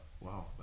wow